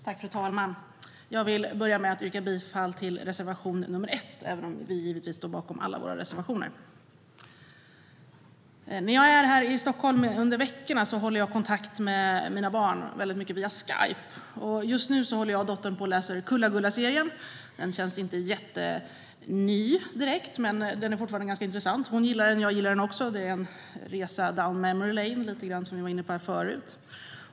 Fru talman! Jag vill börja med att yrka bifall till reservation 1, även om vi i Liberalerna givetvis står bakom alla våra reservationer. När jag är här i Stockholm under veckorna håller jag kontakt med mina barn mycket via Skype. Just nu håller jag och dottern på att läsa Kulla-Gulla-serien. Den känns inte jätteny, men den är fortfarande ganska intressant. Hon gillar den, och jag gillar den också. Det är en resa down memory lane, som vi var inne på här förut.